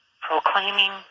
proclaiming